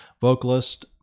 vocalist